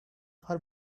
her